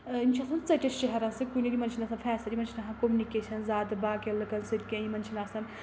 یِم چھِ آسان ژٔٹِس شہرَن سۭتۍ کُنہِ یِمن چھِنہٕ آسان فیسَل یِمَن چھِنہٕ آسان کوٚمنِکیشَن زیادٕ باقین لٕکَن سۭتۍ کینٛہہ یِمَن چھِنہٕ آسان